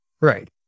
Right